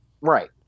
Right